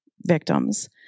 victims